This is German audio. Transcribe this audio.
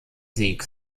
sieg